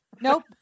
Nope